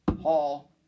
Hall